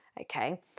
okay